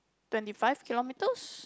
twenty five kilometers